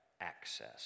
access